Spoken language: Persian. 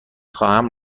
خواهم